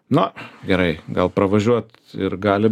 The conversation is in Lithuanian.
na gerai gal pravažiuot ir gali